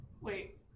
Wait